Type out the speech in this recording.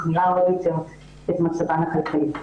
מה שמרע עוד יותר את מצבן הכלכלי.